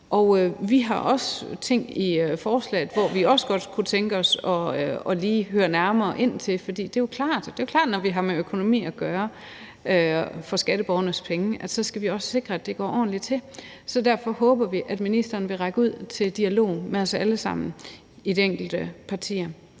Vi har også ting i forslaget, som vi godt kunne tænke os lige at høre nærmere om, for det er jo klart, at når vi har med økonomi at gøre, og når det er for skatteborgernes penge, så skal vi også sikre, at det går ordentligt til. Derfor håber vi, at ministeren vil række ud til dialog med os alle sammen i de enkelte partier.